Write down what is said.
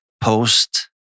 post